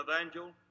evangel